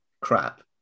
crap